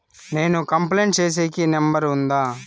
నేను కంప్లైంట్ సేసేకి నెంబర్ ఉందా?